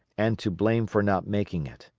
and to blame for not making it.